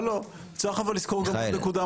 מיכאל,